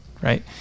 Right